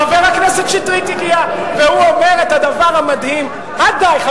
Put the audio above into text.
חבר הכנסת שטרית הגיע, די, די...